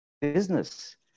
business